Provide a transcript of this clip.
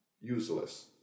useless